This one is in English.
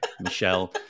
Michelle